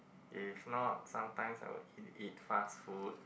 if not sometimes I will eat eat fast food